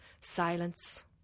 Silence